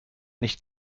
nicht